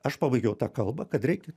aš pabaigiau tą kalbą kad reikia